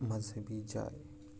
مذہبی جاے